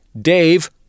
Dave